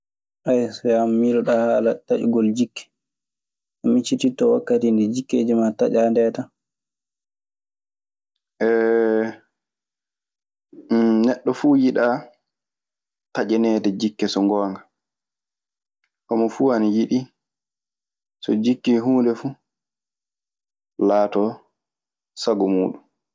So tawi wiyaama miiloɗaa taƴugol jikke, a miccitinto wakkati nde jikkeeji maa taƴaa ndee tan. Neɗɗo fuu yiɗaa taƴaneede jikke so ngoonga. Homo fuu ana yiɗi so jikki e huunde fu, laatoo sago muuɗun.